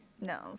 No